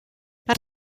per